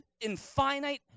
infinite